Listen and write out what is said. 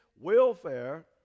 welfare